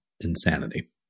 insanity